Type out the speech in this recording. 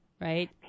right